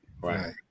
Right